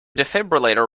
defibrillator